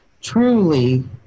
truly